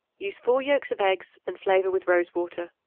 use four yolks of eggs and flavor with rose-water.